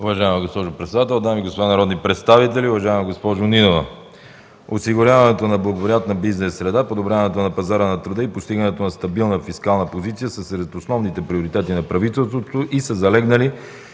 Уважаема госпожо председател, дами и господа народни представители, уважаема госпожо Нинова! Осигуряването на благоприятна бизнес среда, подобряването на пазара на труда и постигането на стабилна фискална позиция са сред основните приоритети на правителството и са залегнали